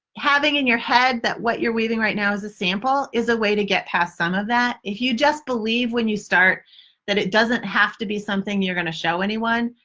having in your head that what you're weaving right now is a sample is a way to get past some of that. if you just believe when you start that it doesn't have to be something you're going to show anyone,